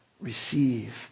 receive